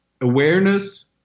awareness